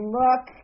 look